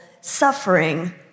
suffering